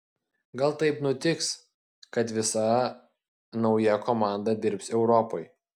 gal taip nutiks kad visa nauja komanda dirbs europai